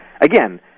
Again